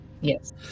Yes